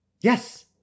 Yes